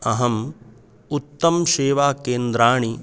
अहम् उत्तमं सेवाकेन्द्रानाम्